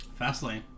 Fastlane